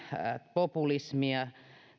populismia